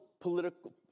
political